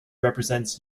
represents